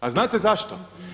A znate zašto?